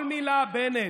כל מילה, בנט.